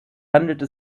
handelte